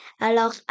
Alors